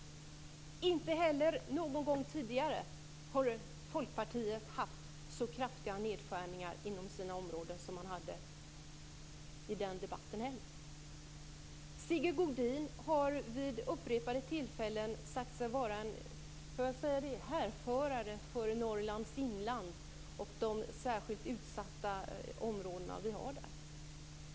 Inte någon gång tidigare har Folkpartiet föreslagit så kraftiga nedskärningar som man gjorde i den debatten. Sigge Godin har vid upprepade tillfällen sagt sig vara en härförare för Norrlands inland och de särskilt utsatta områdena där.